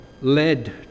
led